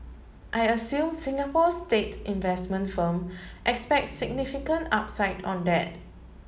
I assume Singapore's state investment firm expects significant upside on that